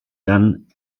dann